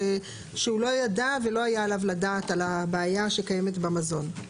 שהוא לא ידע ולא היה עליו לדעת על הבעיה שקיימת במזון.